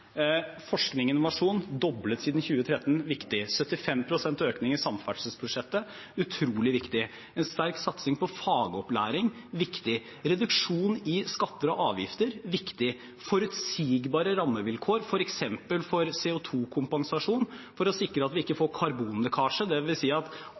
Forskning og innovasjon er doblet siden 2013 – det er viktig. 75 pst. økning i samferdselsbudsjettet er utrolig viktig. En sterk satsing på fagopplæring er viktig. Reduksjon i skatter og avgifter er viktig. Forutsigbare rammevilkår, f.eks. for CO 2 -kompensasjon, for å sikre at vi ikke